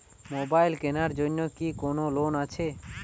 Mobile কেনার জন্য কি কোন লোন আছে?